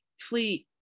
fleet